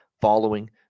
following